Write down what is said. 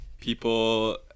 people